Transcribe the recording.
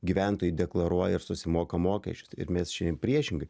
gyventojai deklaruoja ir susimoka mokesčius ir mes šiandien priešingai